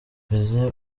mbese